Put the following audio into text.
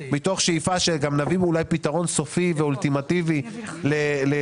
מתוך שאיפה שגם נביא אולי פתרון סופי ואולטימטיבי למרכזים,